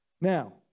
now